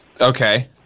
Okay